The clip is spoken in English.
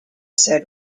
said